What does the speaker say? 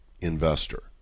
investor